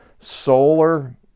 solar